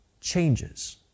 changes